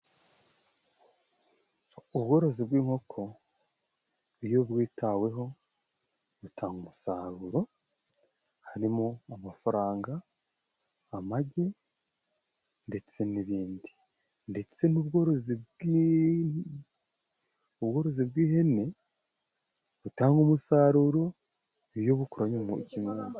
Ubworozi bw'inkoko iyo bwitaweho butanga umusaruro harimo amafaranga, amagi ndetse n'ibindi ndetse n'ubworozi bw'ihene butanga umusaruro iyo bukoranwe umu....